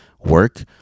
work